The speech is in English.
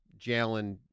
Jalen